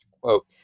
quote